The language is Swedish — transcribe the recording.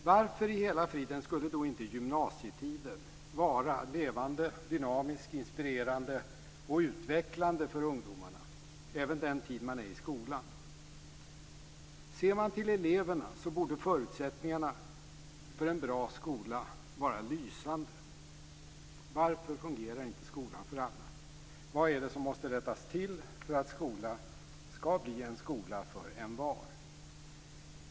Varför i hela friden skulle då inte gymnasietiden vara levande, dynamisk, inspirerande och utvecklande för ungdomarna även den tid de är i skolan? Ser man till eleverna borde förutsättningarna för en bra skola vara lysande. Varför fungerar inte skolan för alla? Vad är det som måste rättas till för att skolan skall bli en skola för envar?